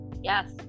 yes